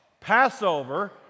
Passover